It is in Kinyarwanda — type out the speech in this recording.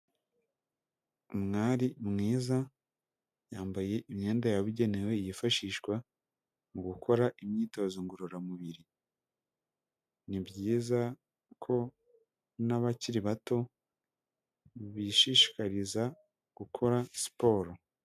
Umwari mwiza yambaye imyenda yababugenewe yifashishwa mu gukora imyitozo ngororamubiri nibyiza ko n'abakiri bato bishishikariza gukora siporo.